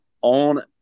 On